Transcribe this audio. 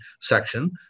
section